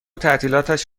تعطیلاتش